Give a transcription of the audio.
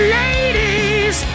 ladies